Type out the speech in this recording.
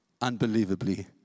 unbelievably